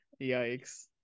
Yikes